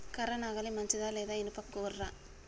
కర్ర నాగలి మంచిదా లేదా? ఇనుప గొర్ర?